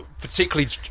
particularly